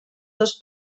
dos